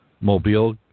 Mobile